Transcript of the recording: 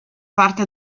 parte